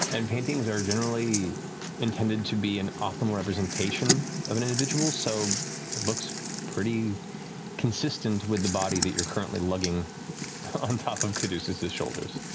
and paintings are generally intended to be an optimal representation of an individual, so it looks pretty consistent with the body that you're currently lugging on top of caduceus' shoulders.